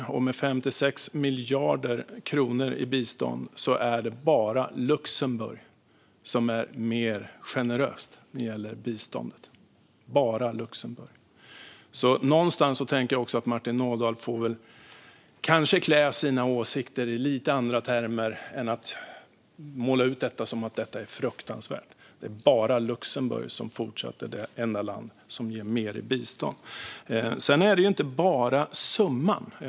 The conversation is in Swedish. Sverige ger 56 miljarder kronor i bistånd, och det är bara Luxemburg som är mer generöst när det gäller bistånd - bara Luxemburg. Någonstans tänker jag alltså att Martin Ådahl kanske får klä sina åsikter i lite andra termer än att detta skulle vara fruktansvärt, med tanke på att Luxemburg är det enda landet som ger mer i bistånd. Sedan är det ju inte bara summan det handlar om.